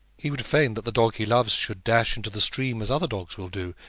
he would fain that the dog he loves should dash into the stream as other dogs will do.